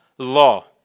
Law